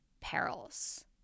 perils